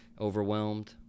overwhelmed